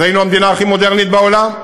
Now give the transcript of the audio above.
אז היינו המדינה הכי מודרנית בעולם,